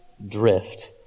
drift